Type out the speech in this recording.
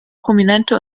prominente